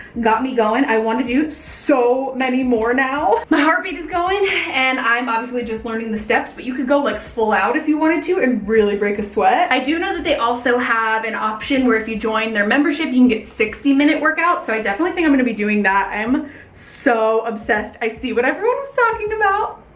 got me going. and i want to do so many more now. my heartbeat is going and i'm obviously just learning the steps. but you could go like full out if you wanted to and really break a sweat. i do know that they also have an option where if you join their membership you can get sixty minute workout. so i definitely think i'm gonna be doing that. i am so obsessed. i see what everyone was talking about.